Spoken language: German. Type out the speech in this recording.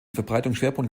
verbreitungsschwerpunkt